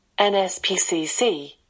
NSPCC